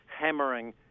hammering